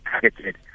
targeted